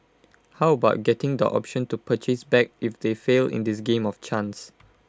how about getting the option to purchase back if they fail in this game of chance